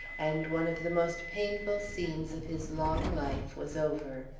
and one of the most painful scenes of his long life was over.